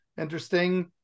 interesting